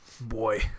Boy